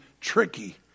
tricky